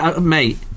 Mate